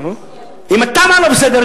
אם התמ"א לא בסדר,